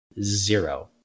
Zero